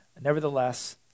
Nevertheless